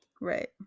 right